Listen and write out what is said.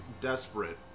desperate